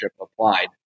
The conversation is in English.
applied